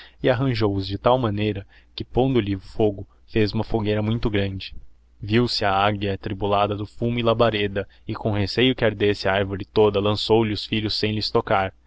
e arranjou os de tal maneira que pondo-lhe o fogo fez huma fogueira muito grande viose a águia atribulada do fumo e labareda e com o receio que ardesse a arvore toda lauçou lhe os filhos sem lhes tocar